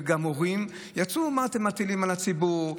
וגם הורים יצאו: מה אתם מטילים על הציבור?